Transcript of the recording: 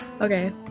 okay